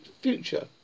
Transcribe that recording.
future